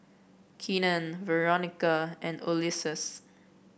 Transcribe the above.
Keenen Veronica and Ulysses